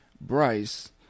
Bryce